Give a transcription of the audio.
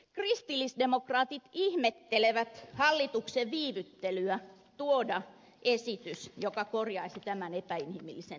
kristillisdemokraatit ihmettelevät hallituksen viivyttelyä tuoda esitys joka korjaisi tämän epäinhimillisen tilanteen